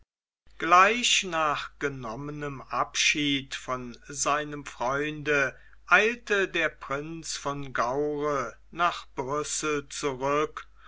gleich nach genommenem abschied von seinem freunde eilte der prinz von gaure nach brüssel zurück